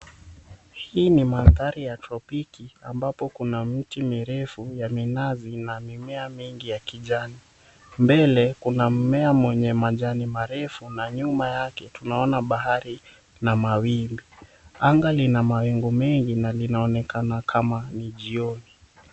Hii ni mandhari ya tropiki ambapo kuna miti mirefu ya minazi na mimea mingi ya kijani. Mbele kuna mmea mwenye majani marefu na nyuma yake tunaona bahari na mawimbi. Anga lina mawingu mengi na linaonekana kama ni jioni.